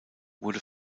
wurde